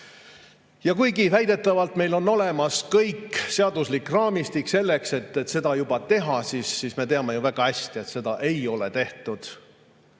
Ja kuigi väidetavalt meil on olemas seaduslik raamistik selleks, et seda teha, me teame ju väga hästi, et seda ei ole tehtud.